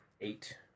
Eight